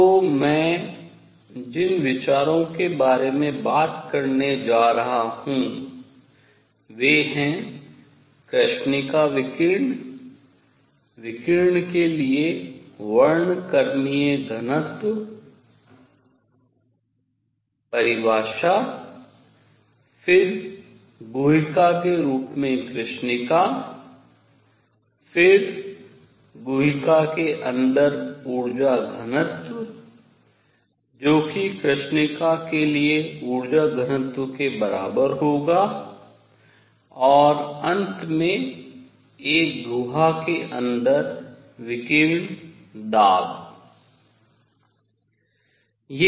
तो मैं जिन विचारों के बारे में बात करने जा रहा हूँ वे हैं कृष्णिका विकिरण विकिरण के लिए वर्णक्रमीय घनत्व परिभाषा फिर गुहिका के रूप में कृष्णिका फिर गुहिका के अंदर ऊर्जा घनत्व जो कि कृष्णिका के लिए ऊर्जा घनत्व के बराबर होगा और अंत में एक गुहा के अंदर विकिरण दाब